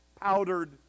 powdered